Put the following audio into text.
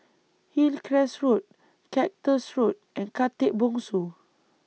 Hillcrest Road Cactus Road and Khatib Bongsu